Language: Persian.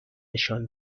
نشان